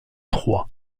trois